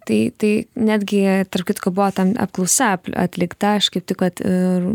tai tai netgi tarp kitko buvo ten apklausa atlikta aš kaip tik vat ir